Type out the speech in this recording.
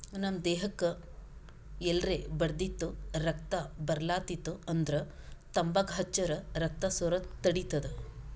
ನಮ್ ದೇಹಕ್ಕ್ ಎಲ್ರೆ ಬಡ್ದಿತ್ತು ರಕ್ತಾ ಬರ್ಲಾತಿತ್ತು ಅಂದ್ರ ತಂಬಾಕ್ ಹಚ್ಚರ್ ರಕ್ತಾ ಸೋರದ್ ತಡಿತದ್